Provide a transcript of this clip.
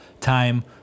time